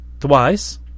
Twice